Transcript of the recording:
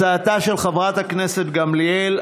על הצעתה של חברת הכנסת גמליאל.